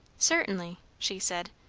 certainly, she said,